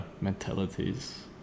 mentalities